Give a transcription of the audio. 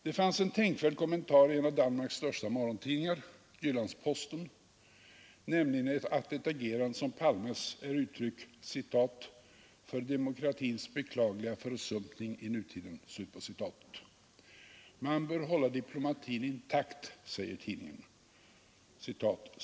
Det fanns en tänkvärd kommentar i en av Danmarks största morgontidningar, Jyllandsposten, nämligen att ett agerande som Palmes är uttryck ”för diplomatins beklagliga försumpning i nutiden”. ”Man bör hålla diplomatin intakt”, säger tidningen.